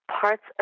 parts